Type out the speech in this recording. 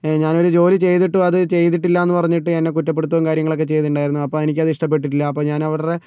ഞാൻ ഒരു ജോലി ചെയ്തിട്ടും അത് ചെയ്തിട്ടില്ലയെന്നു പറഞ്ഞിട്ട് എന്നെ കുറ്റപ്പെടുത്തുകയും കാര്യങ്ങളൊക്കെ ചെയ്തിട്ടുണ്ടായിരുന്നു അപ്പോൾ എനിക്കത് ഇഷ്ടപ്പെട്ടിട്ടില്ല അപ്പോൾ ഞാൻ അവരുടെ